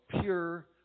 pure